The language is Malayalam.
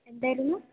എന്തായിരുന്നു